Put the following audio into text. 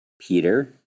Peter